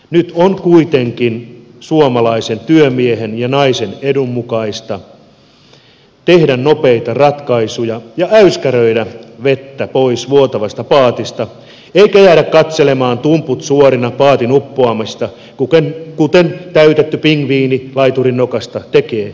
nyt on kuitenkin suomalaisen työmiehen ja naisen edun mukaista tehdä nopeita ratkaisuja ja äyskäröidä vettä pois vuotavasta paatista eikä jäädä katselemaan tumput suorina paatin uppoamista kuten täytetty pingviini laiturin nokasta tekee